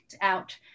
out